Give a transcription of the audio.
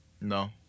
No